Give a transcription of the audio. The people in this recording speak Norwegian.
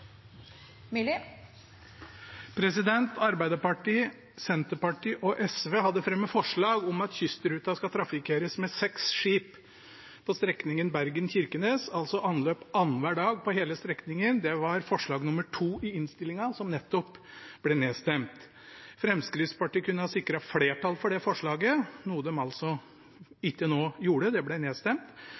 Myrli har bedt om ordet til stemmeforklaring. Arbeiderpartiet, Senterpartiet og SV hadde fremmet forslag om at kystruten skal trafikkeres med seks skip på strekningen Bergen–Kirkenes, altså anløp annenhver dag på hele strekningen. Det var forslag nr. 2 i innstillingen, som nettopp ble nedstemt. Fremskrittspartiet kunne ha sikret flertall for det forslaget, noe de altså ikke nå gjorde. Det ble nedstemt.